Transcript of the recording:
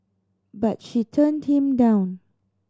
but she turned him down